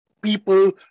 people